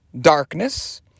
darkness